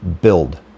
Build